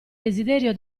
desiderio